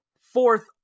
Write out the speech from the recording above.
fourth